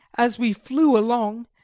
as we flew along,